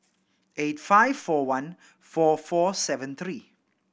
eight five four one four four seven three